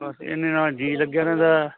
ਬਸ ਇੰਨੇ ਨਾਲ ਜੀ ਲੱਗਿਆ ਰਹਿੰਦਾ